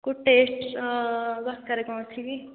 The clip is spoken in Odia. କେଉଁ ଟେଷ୍ଟ୍ ଦରକାର କ'ଣ ଅଛି କି